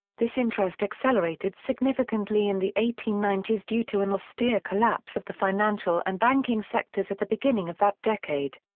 this interest accelerated significantly in the eighteen ninety s due to an austere collapse of the financial and banking sectors at the beginning of that decade.